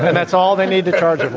and that's all they need to charge for.